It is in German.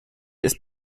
ist